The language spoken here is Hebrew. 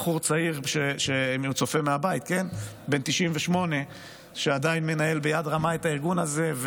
בחור צעיר בן 98 שעדיין מנהל ביד רמה את הארגון הזה.